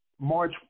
March